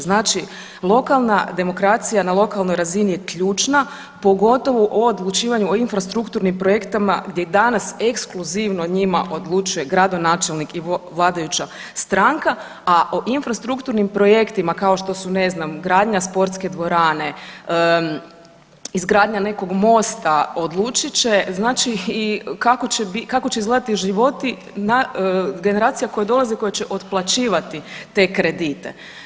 Znači lokalna demokracija na lokalnoj razini je ključna, pogotovo u odlučivanju o infrastrukturnim projektima gdje danas ekskluzivno njima odlučuje gradonačelnik i vladajuća stranka, a o infrastrukturnim projektima kao što su, ne znam, gradnja sportske dvorane, izgradnja nekog mosta odlučit će i kako će izgledati životi generacija koje dolaze koje će otplaćivati te kredite.